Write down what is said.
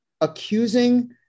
accusing